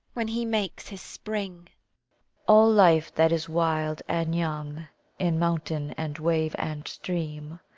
when he makes his spring all life that is wild and young in mountain and wave and stream,